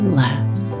less